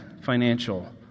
financial